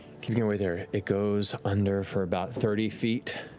keeping your way there. it goes under for about thirty feet,